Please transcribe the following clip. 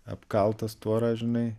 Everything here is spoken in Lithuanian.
apkaltas tvora žinai